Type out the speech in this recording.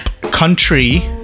country